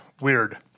weird